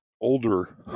older